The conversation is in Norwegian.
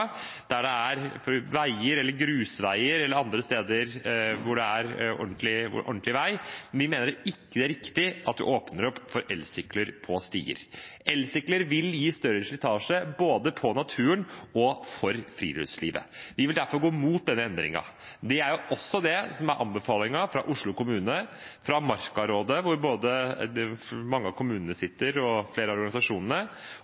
der det er veier eller grusveier, eller andre steder hvor det er ordentlig vei. Vi mener ikke det er riktig at vi åpner opp for elsykler på stier. Elsykler vil gi større slitasje både på naturen og for friluftslivet. Vi vil derfor gå mot denne endringen. Det er også det som er anbefalingen fra Oslo kommune, fra Markarådet, hvor mange av kommunene og flere av